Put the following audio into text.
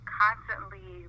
constantly